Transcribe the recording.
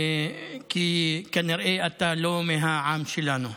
כי כנראה אתה לא מהעם שלנו.